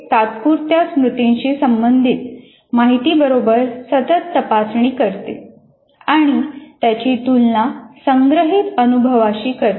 हे तात्पुरत्या स्मृतीशी संबंधित माहितीबरोबर सतत तपासणी करते आणि त्याची तुलना संग्रहित अनुभवाशी करते